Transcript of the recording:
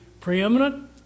preeminent